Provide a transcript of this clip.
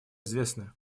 известны